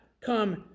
come